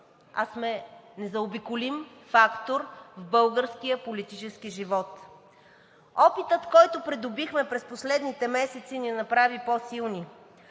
а сме незаобиколим фактор в българския политически живот. Опитът, който придобихме през последните месеци, ни направи по-силни